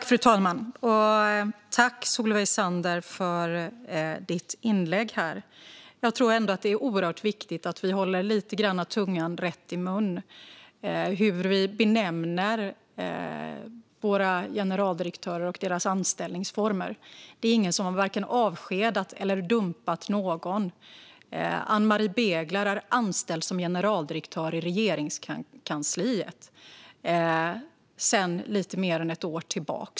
Fru talman! Jag tackar Solveig Zander för hennes inlägg. Det är viktigt att vi håller tungan rätt i mun när vi benämner våra generaldirektörer och deras anställningsformer. Det är ingen som har vare sig avskedat eller dumpat någon. Ann-Marie Begler är anställd som generaldirektör i Regeringskansliet sedan lite mer än ett år tillbaka.